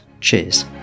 Cheers